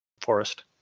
forest